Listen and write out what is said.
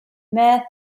meth